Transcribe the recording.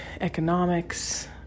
economics